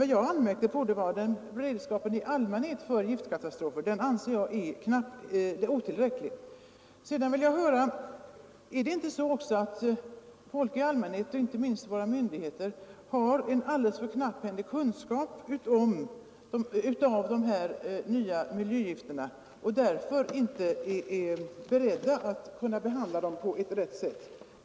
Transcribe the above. Vad jag anmärkte på var beredskapen i allmänhet för giftkatastrofer — den anser jag är otillräcklig. Sedan vill jag fråga: Är det inte så att folk i allmänhet och inte minst våra myndigheter har en alldeles för knapphändig kunskap om de nya miljögifterna och därför inte är beredda att behandla dem på rätt sätt?